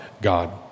God